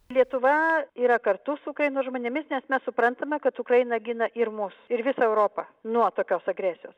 lietuva yra kartu su ukrainos žmonėmis nes mes suprantame kad ukraina gina ir mus ir visą europą nuo tokios agresijos